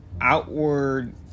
outward